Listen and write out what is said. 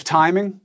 timing